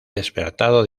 despertado